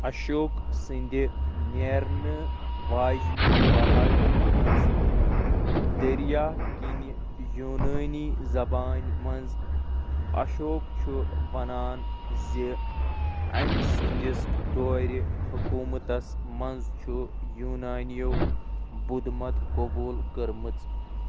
اشوک سٕنٛدِ نیرن واجنہِ پہٲڑی منٛز دریا کِنہِ یوٗنٲنۍ زبٲن منٛز، اشوک چھُ وَنان زِ أمۍ سٕنٛدِس دورِ حکوٗمتس منٛز چھُ یوٗنانیو بُدھ مت قبوٗل کٔرمٕژ